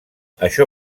això